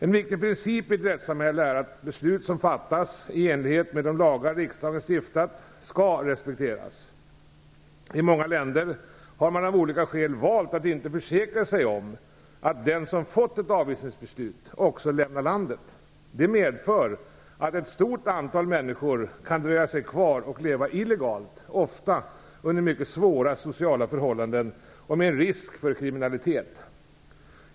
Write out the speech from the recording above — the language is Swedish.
En viktig princip i ett rättssamhälle är att beslut som fattas i enlighet med de lagar riksdagen stiftat skall respekteras. I många länder har man av olika skäl valt att inte försäkra sig om att den som fått ett avvisningsbeslut också lämnar landet. Detta medför att ett stort antal människor kan dröja sig kvar och leva illegalt, ofta under mycket svåra sociala förhållanden och med risk för kriminalitet.